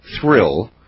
thrill